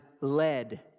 led